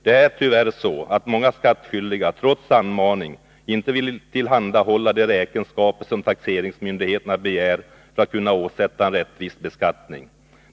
Det är tyvärr så, att många skattskyldiga, trots anmaning, inte vill tillhandahålla de räkenskaper som taxeringsmyndigheten begär för att kunna åsätta en rättvis taxering.